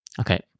Okay